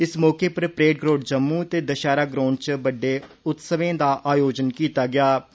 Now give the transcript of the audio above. इस मौके पर परेड ग्राउंड ते दशैहरा ग्राउंड च बड्डे उत्सवें दा आयोजन कीता गेआ हा